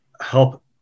help